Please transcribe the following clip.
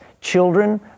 children